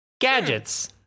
Gadgets